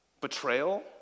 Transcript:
betrayal